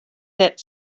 that